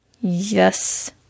Yes